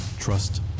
trust